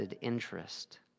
interest